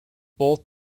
both